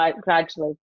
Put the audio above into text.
gradually